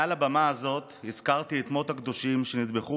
מעל הבמה הזאת הזכרתי את מות הקדושים שנטבחו